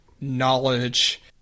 knowledge